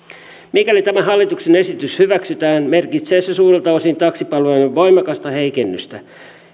mikäli tämä hallituksen esitys hyväksytään merkitsee se suurelta osin taksipalvelujen voimakasta heikennystä